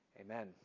Amen